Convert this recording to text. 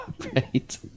right